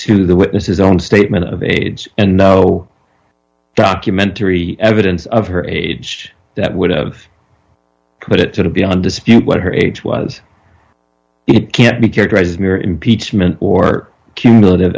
to the witnesses own statement of aids and no documentary evidence of her age that would have put it to the beyond dispute what her age was it can't be characterized as mere impeachment or cumulative